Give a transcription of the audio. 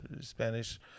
Spanish